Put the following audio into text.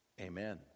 Amen